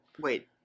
Wait